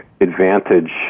advantage